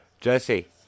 Jesse